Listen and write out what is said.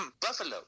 Buffalo